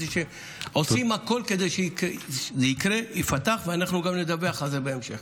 עושים הכול כדי שזה יקרה וייפתח ואנחנו גם נדווח על זה בהמשך.